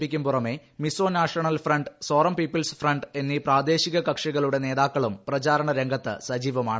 പിക്കും പുറമെ Mizo National Front Zoram people's front എന്നീ പ്രാദേശിക കക്ഷികളുടെയും നേതാക്കളും പ്രചാരണ രംഗത്ത് സജീവമാണ്